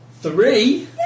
three